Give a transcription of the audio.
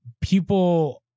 people